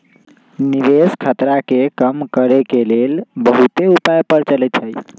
निवेश खतरा के कम करेके के लेल बहुते उपाय प्रचलित हइ